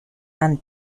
and